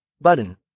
button